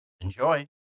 Enjoy